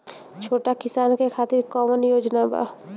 छोटा किसान के खातिर कवन योजना बा?